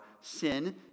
sin